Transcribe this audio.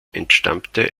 entstammte